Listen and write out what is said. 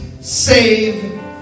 save